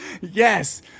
Yes